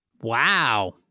wow